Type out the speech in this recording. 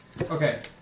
Okay